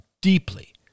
deeply